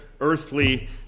earthly